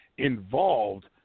Involved